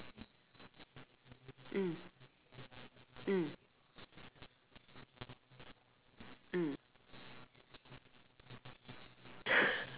mm mm mm